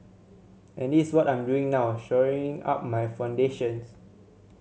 and this what I'm doing now shoring up my foundations